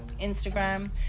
Instagram